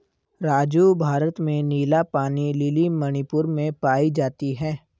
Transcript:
राजू भारत में नीला पानी लिली मणिपुर में पाई जाती हैं